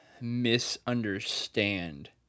misunderstand